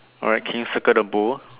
alright can you circle the bowl